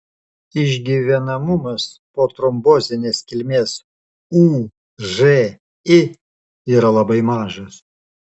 išgyvenamumas po trombozinės kilmės ūži yra labai mažas